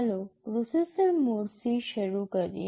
ચાલો પ્રોસેસર મોડ્સથી શરૂ કરીએ